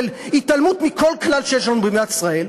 של התעלמות מכל כלל שיש לנו במדינת ישראל,